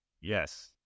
Yes